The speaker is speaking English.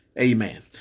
Amen